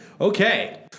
Okay